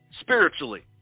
spiritually